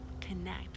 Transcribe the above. connect